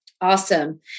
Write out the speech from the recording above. Awesome